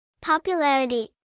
Popularity